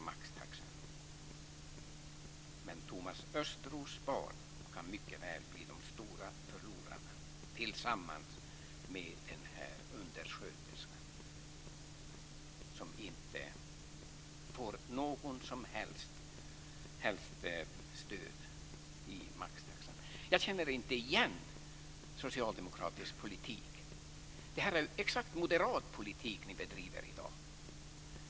Men Thomas Östros barn kan mycket väl bli de stora förlorarna tillsammans med undersköterskan, som inte får något som helst stöd i maxtaxan. Jag känner inte igen socialdemokratisk politik. Det är moderat politik som ni bedriver i dag!